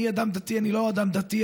אני לא אדם דתי,